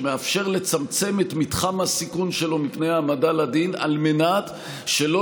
שמאפשר לצמצם את מתחם הסיכון שלו מפני העמדה לדין על מנת שלא